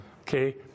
Okay